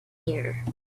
here